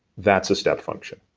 that's a step function.